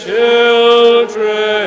children